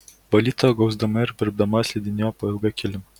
valytoja gausdama ir birbdama slidinėjo po ilgą kilimą